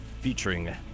featuring